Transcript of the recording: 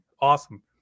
Awesome